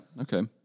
okay